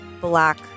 black